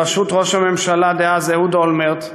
בראשות ראש הממשלה דאז אהוד אולמרט,